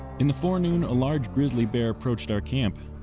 in the forenoon a large grizzly bear approached our camp,